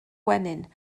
gwenyn